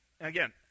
Again